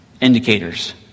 indicators